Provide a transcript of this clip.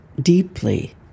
deeply